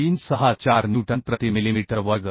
364 newton प्रति millimetre वर्ग